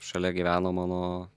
šalia gyveno mano